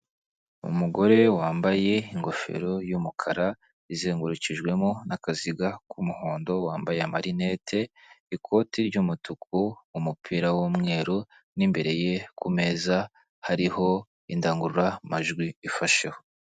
Umugore wambaye ingofero y'umukara izengurukijwemo n'akaziga k'umuhondo wambaye marinete, ikoti ry'umutuku umupira w'umweru n'imbere ye kumeza hariho indangurura majwi ifasheho.